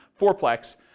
fourplex